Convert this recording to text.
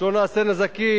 שלא נעשה נזקים